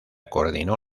coordinó